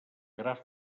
graf